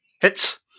Hits